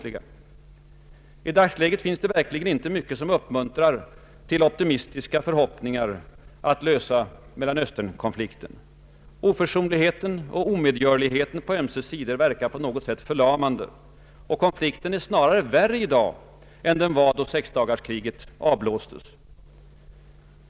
I dagsläget finns det verkligen inte mycket som uppmuntrar till optimistiska förhoppningar att lösa Mellanösternkonflikten. Oförsonligheten och omedgörligheten på ömse sidor verkar förlamande. Konflikten är snarare värre i dag än då sexdagarskriget avblåstes.